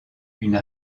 une